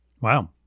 Wow